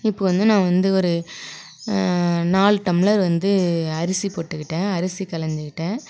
இப்போ வந்து நான் வந்து ஒரு நால் டம்ளர் வந்து அரிசி போட்டுக்கிட்டேன் அரிசி களஞ்சிக் கிட்டேன்